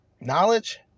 Knowledge